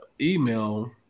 email